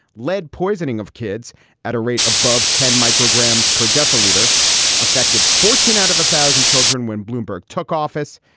lead poisoning of kids at a rate above ten micrograms per decilitre affected fourteen out of a thousand children when bloomberg took office.